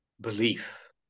belief